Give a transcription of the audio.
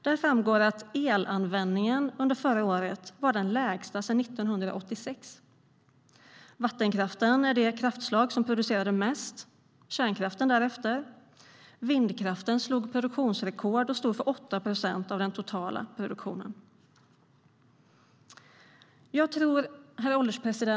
Där framgår att elanvändningen under förra året var den lägsta sedan 1986. Vattenkraften var det kraftslag som producerade mest, därefter kom kärnkraften. Vindkraften slog produktionsrekord och stod för 8 procent av den totala produktionen. Herr ålderspresident!